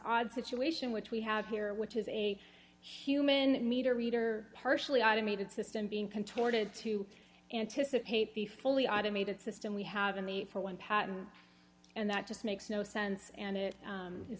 odd situation which we have here which is a human meter reader partially automated system being contorted to anticipate the fully automated system we have a need for one patent and that just makes no sense and it